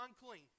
unclean